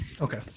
Okay